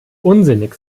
unsinnig